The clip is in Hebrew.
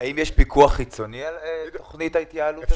האם יש פיקוח חיצוני על תכנית ההתייעלות הזאת?